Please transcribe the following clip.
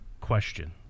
question